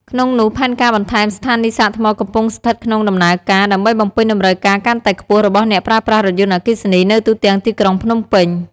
ក្នុងនោះ ផែនការបន្ថែមស្ថានីយ៍សាកថ្មកំពុងស្ថិតក្នុងដំណើរការ ដើម្បីបំពេញតម្រូវការកាន់តែខ្ពស់របស់អ្នកប្រើប្រាស់រថយន្តអគ្គីសនីនៅទូទាំងទីក្រុងភ្នំពេញ។